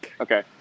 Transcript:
Okay